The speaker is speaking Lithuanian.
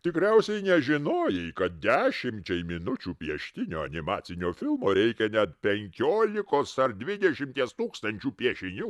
tikriausiai nežinojai kad dešimčiai minučių pieštinio animacinio filmo reikia net penkiolikos ar dvidešimties tūkstančių piešinių